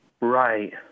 right